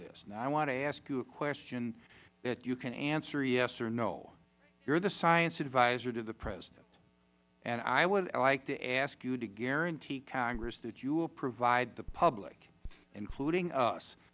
now i want to ask you a question that you can answer yes or no you are the science adviser to the president and i would like to ask you to guarantee congress that you will provide the public including us